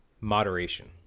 Moderation